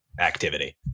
activity